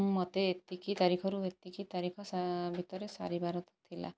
ମୋତେ ଏତିକି ତାରିଖରୁ ଏତିକି ତାରିଖ ଭିତରେ ସାରିବାର ଥିଲା